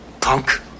punk